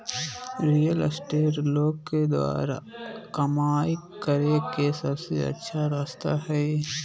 real estate लोग द्वारा कमाय करे के सबसे अच्छा रास्ता हइ